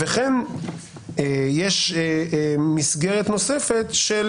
וכן יש מסגרת נוספת של